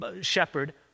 shepherd